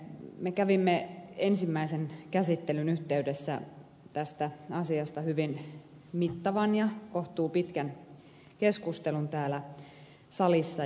me kävimme ensimmäisen käsittelyn yhteydessä tästä asiasta hyvin mittavan ja kohtuupitkän keskustelun täällä salissa